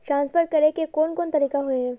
Transfer करे के कोन कोन तरीका होय है?